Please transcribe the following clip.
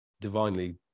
divinely